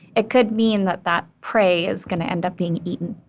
it could mean that that prey is going to end up being eaten.